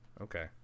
okay